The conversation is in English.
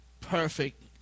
perfect